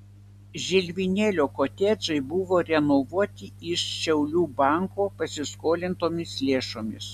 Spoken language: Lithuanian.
žilvinėlio kotedžai buvo renovuoti iš šiaulių banko pasiskolintomis lėšomis